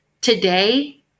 Today